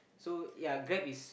so ya Grab is